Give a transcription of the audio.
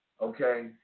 okay